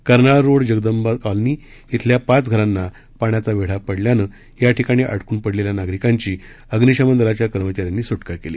Karnal road Jagdamba colony धिल्या पाच घरांना पाण्याचा वेढा पडल्यानं या ठिकाणी अडकून पडलेल्या नागरिकांची अग्निशमन दलाच्या कर्मचाऱ्यांनी सुटका केली